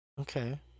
Okay